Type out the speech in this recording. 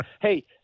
hey